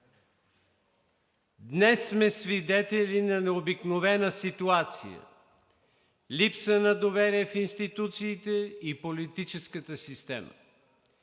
Днес сме свидетели на необикновена ситуация – липса на доверие в институциите и политическата система.